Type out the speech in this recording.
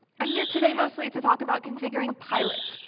i'm here today mostly to talk about configuring pilot.